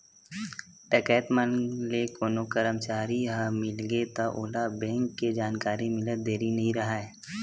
डकैत मन ले कोनो करमचारी ह मिलगे त ओला बेंक के जानकारी मिलत देरी नइ राहय